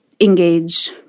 engage